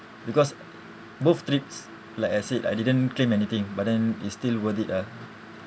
because both trips like I said I didn't claim anything but then it's still worth it ah